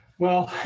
well,